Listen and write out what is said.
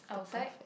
outside